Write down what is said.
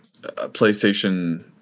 PlayStation